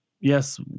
yes